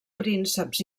prínceps